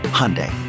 Hyundai